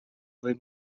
võib